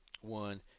one